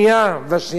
והשנייה לקויה